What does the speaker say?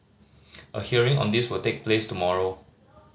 a hearing on this will take place tomorrow